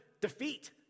defeat